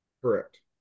correct